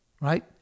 right